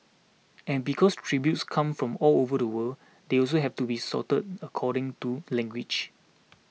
and because tributes come from all over the world they also have to be sorted according to language